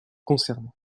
concernées